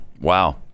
Wow